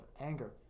anger